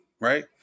right